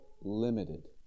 limited